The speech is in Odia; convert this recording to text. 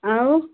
ଆଉ